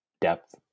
depth